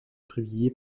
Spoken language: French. publié